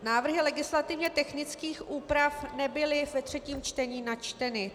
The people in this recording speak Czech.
Návrhy legislativně technických úprav nebyly ve třetím čtení načteny.